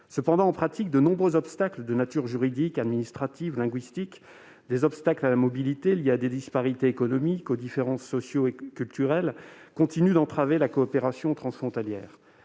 Cependant, en pratique, de nombreux obstacles de nature juridique, administrative, linguistique, ainsi que des freins à la mobilité liés à des disparités économiques et aux différences socioculturelles continuent d'entraver la coopération transfrontalière.